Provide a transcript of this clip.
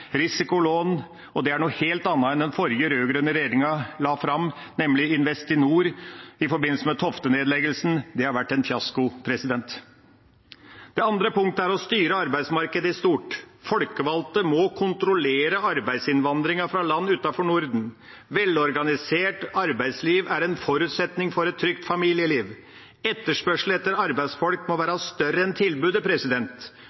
Det er noe helt annet enn det den rød-grønne regjeringa la fram, nemlig Investinor, i forbindelse med Tofte-nedleggelsen. Det har vært en fiasko. Det andre punktet er å styre arbeidsmarkedet i stort. Folkevalgte må kontrollere arbeidsinnvandringen fra land utenfor Norden. Et velorganisert arbeidsliv er en forutsetning for et trygt familieliv. Etterspørsel etter arbeidsfolk må være